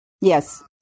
Yes